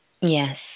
Yes